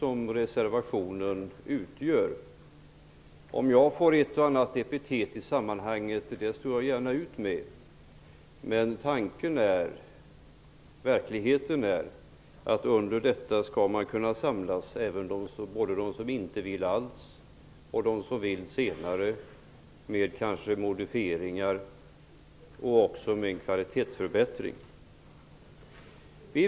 Om jag får ett och annat epitet i sammanhanget står jag gärna ut med det. Verkligheten är dock att bakom denna reservation skall man kunna samlas -- både de som inte alls vill ha lagstiftning och de som vill ha en lagstifting senare, kanske med modifieringar och kvalitetsförbättringar.